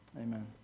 amen